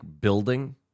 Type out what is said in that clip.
building